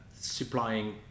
supplying